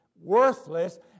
worthless